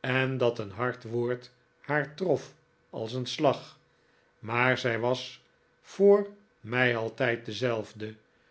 en david cop per field dat een hard woord haar trof als een slag maar zij was voor mij altijd dezelfde